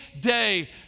day